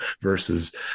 versus